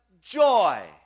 joy